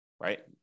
right